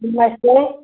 नमस्ते